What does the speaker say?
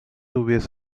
hubiese